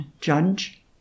judge